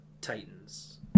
Titans